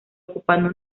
ocupando